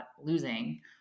losing